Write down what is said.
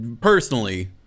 personally